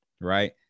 right